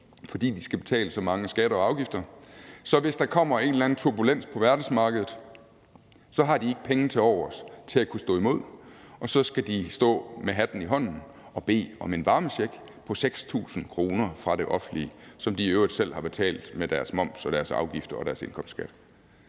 fordi de skal betale så mange skatter og afgifter, så hvis der kommer en eller anden turbulens på verdensmarkedet, har de ikke penge til overs til at kunne stå imod, og så skal de stå med hatten i hånden og bede om en varmecheck på 6.000 kr. fra det offentlige, som de i øvrigt selv har betalt med deres moms og deres afgifter og deres indkomstskat.